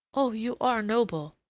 oh, you are noble!